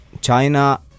China